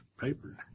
paper